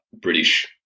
British